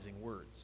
words